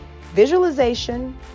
visualization